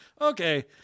okay